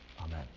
Amen